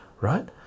right